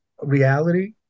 reality